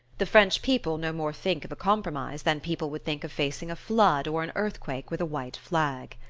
the french people no more think of a compromise than people would think of facing a flood or an earthquake with a white flag.